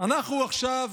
אנחנו עכשיו